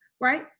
right